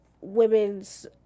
women's